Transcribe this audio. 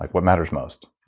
like what matters most?